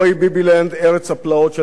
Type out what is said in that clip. ארץ הפלאות של נתניהו,